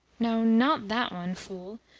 no, not that one, fool!